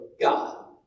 God